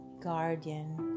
guardian